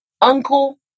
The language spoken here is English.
uncle